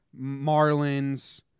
Marlins